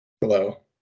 Hello